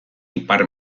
ipar